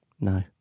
No